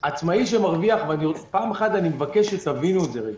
עצמאי שבספרים שלו מרוויח ואני מבקש שתבינו את זה פעם אחת